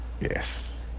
Yes